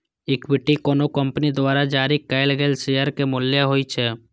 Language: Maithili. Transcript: इक्विटी कोनो कंपनी द्वारा जारी कैल गेल शेयर के मूल्य होइ छै